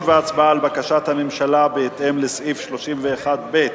והצבעה על בקשת הממשלה בהתאם לסעיף 31(ב)